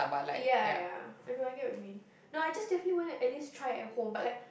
ya ya ya I know I get what you mean no I just definitely want to at least try at home but like